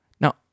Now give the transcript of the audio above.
Now